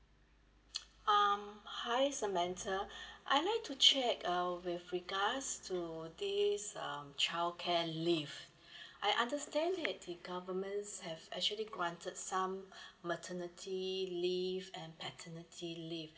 um hi samantha I like to check uh with regards to this um childcare leave I understand that the governments have actually granted some maternity leave and paternity leave